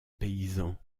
paysan